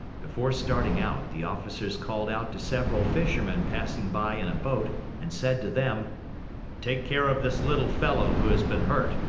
before starting out, the officers called out to several fishermen passing by in a boat and said to them take care of this little fellow who has been hurt.